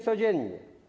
Codziennie.